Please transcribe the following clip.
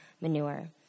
manure